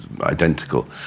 identical